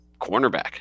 cornerback